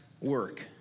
work